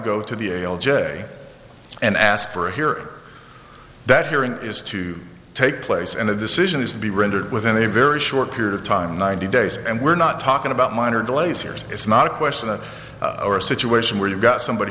go to the a l j and ask for here that hearing is to take place and a decision is to be rendered within a very short period of time ninety days and we're not talking about minor delays years it's not a question of a situation where you've got somebody